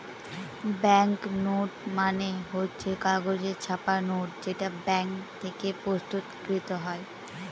bank note মানে হচ্ছে কাগজে ছাপা নোট যেটা ব্যাঙ্ক থেকে প্রস্তুত কৃত হয়